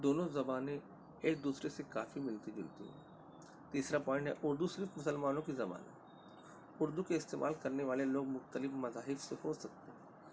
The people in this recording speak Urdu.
دونوں زبانیں ایک دوسرے سے کافی ملتی جلتی ہیں تیسرا پوائنٹ ہے اردو صرف مسلمانوں کی زبان ہے اردو کے استعمال کرنے والے لوگ مختلف مذاہب سے ہو سکتے ہیں